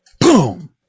boom